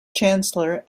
chancellor